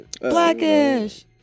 Blackish